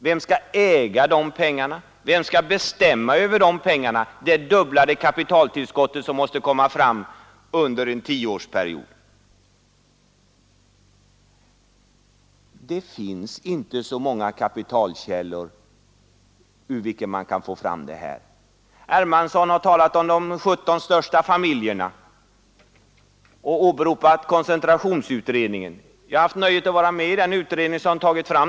Vem skall äga dessa pengar? Vem skall bestämma över dessa pengar, över det fördubblade kapitaltillskott som måste komma fram under en tioårsperiod? Det finns inte så många kapitalkällor ur vilka man kan få fram det här. Herr Hermansson har talat om de 17 största familjerna och åberopat koncentrationsutredningen. Jag har haft nöjet att vara med i den utredningen.